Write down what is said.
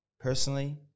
personally